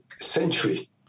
century